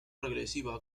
regresiva